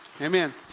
Amen